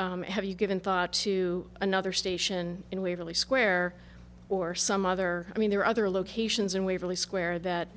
not have you given thought to another station in waverly square or some other i mean there are other locations in waverly square that